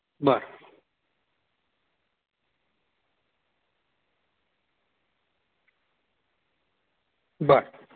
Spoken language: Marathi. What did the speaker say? बरं बरं